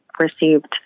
received